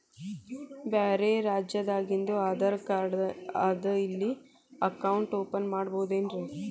ಬ್ಯಾರೆ ರಾಜ್ಯಾದಾಗಿಂದು ಆಧಾರ್ ಕಾರ್ಡ್ ಅದಾ ಇಲ್ಲಿ ಅಕೌಂಟ್ ಓಪನ್ ಮಾಡಬೋದೇನ್ರಿ?